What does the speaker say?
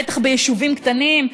בטח ביישובים קטנים,